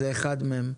זה אחד מהם,